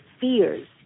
fears